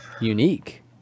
unique